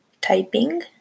Typing